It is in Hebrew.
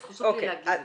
אז חשוב לי להגיד את זה.